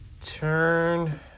turn